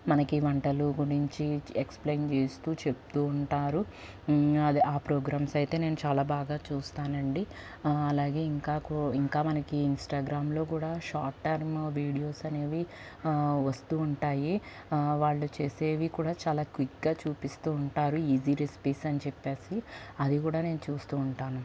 మనకి వంటలు గురించి ఎక్స్ప్లెయిన్ చేస్తు చెప్తు ఉంటారు అదే ఆ ప్రోగ్రామ్స్ అయితే నేను చాలా బాగా చూస్తానండి అలాగే ఇంకా కూ ఇంకా మనకి ఇన్స్టాగ్రామ్లో కూడా షార్ట్ టర్మ్ వీడియోస్ అనేవి వస్తు ఉంటాయి వాళ్ళు చేసేవి కూడా చాలా క్విక్గా చూపిస్తు ఉంటారు ఈజీ రెసిపీస్ అని చెప్పి అది కూడ నేను చూస్తు ఉంటాను